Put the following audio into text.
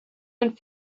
and